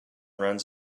runs